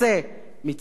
מצוות עשה.